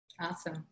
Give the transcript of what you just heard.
Awesome